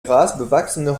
grasbewachsene